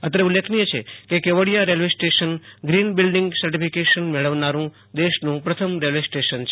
અત્રે ઉલ્લેખનીય છે કે Kevadia railway station green building certification મેળવનાર દેશનું પ્રથમ રેલવે સ્ટેશન છે